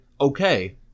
okay